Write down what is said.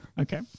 Okay